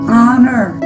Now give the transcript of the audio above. honor